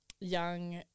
young